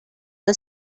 his